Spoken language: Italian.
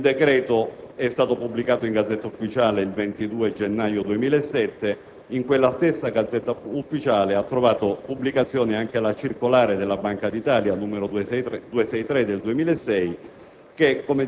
Il decreto è stato pubblicato in *Gazzetta Ufficiale* il 22 gennaio 2007; in quella stessa *Gazzetta* *Ufficiale* ha trovato pubblicazione anche la circolare della Banca d'Italia n. 263 del 2006,